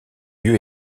lieu